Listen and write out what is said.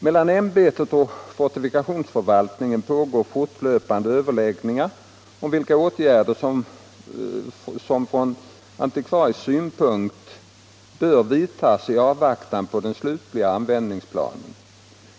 Mellan ämbetet och fortifikationsförvaltningen pågår fortlöpande överläggningar om vilka åtgärder som från antikvarisk synpunkt bör vidtas i avvaktan på den slutliga användningsplanen.